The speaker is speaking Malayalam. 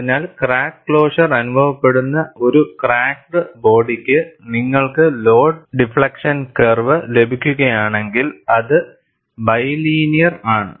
അതിനാൽ ക്രാക്ക് ക്ലോഷർ അനുഭവപ്പെടുന്ന ഒരു ക്രാക്ക്ഡ് ബോഡിക്ക് നിങ്ങൾക്ക് ലോഡ് ഡിഫ്ലക്ഷൻ കർവ് ലഭിക്കുകയാണെങ്കിൽ അത് ബിലിനിയർ ആണ്